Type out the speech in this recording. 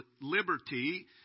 liberty